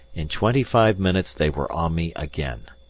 in twenty-five minutes they were on me again!